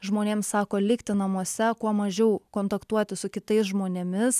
žmonėms sako likti namuose kuo mažiau kontaktuoti su kitais žmonėmis